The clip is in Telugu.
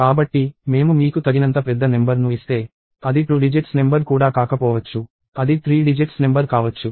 కాబట్టి మేము మీకు తగినంత పెద్ద నెంబర్ ను ఇస్తే అది 2 డిజిట్స్ నెంబర్ కూడా కాకపోవచ్చు అది 3 డిజిట్స్ నెంబర్ కావచ్చు